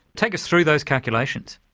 take us through those calculations.